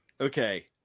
Okay